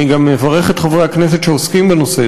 אני גם מברך את חברי הכנסת שעוסקים בנושא.